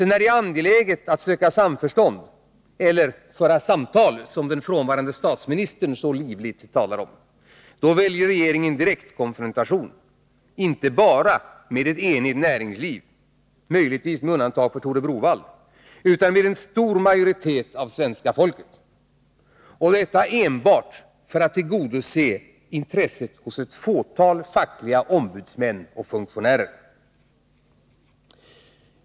När det är angeläget att söka samförstånd eller ”föra samtal”, som den frånvarande statsministern så livligt talar om, väljer regeringen direktkonfrontation, inte bara med ett enigt näringsliv — möjligtvis med undantag för Tore Browaldh — utan med en stor majoritet av svenska folket. Och detta görs enbart för att tillgodose intresset hos ett fåtal fackliga ombudsmän och funktionärer.